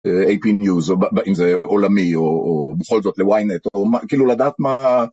איי פי ניוס, או אם זה עולמי, או בכל זאת לוואי נט, או כאילו לדעת מה...